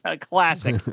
classic